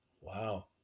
wow